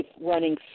running